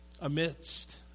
Amidst